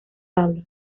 pablo